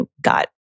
got